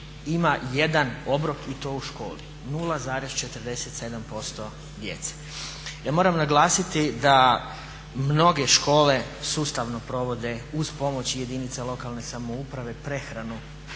ima jedan obrok i to u školi, 0,47% djece. Ja moram naglasiti da mnoge škole sustavno provode uz pomoć jedinica lokalne samouprave prehranu